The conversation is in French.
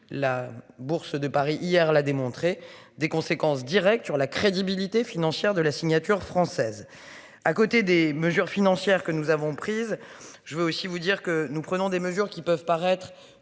la Bourse de Paris hier l'a démontré des conséquences directes sur la crédibilité financière de la signature française. À côté des mesures financières que nous avons prises. Je veux aussi vous dire que nous prenons des mesures qui peuvent paraître